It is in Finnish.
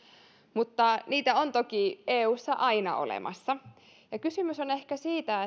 mutta niitä on toki eussa aina olemassa ja kysymys on ehkä siitä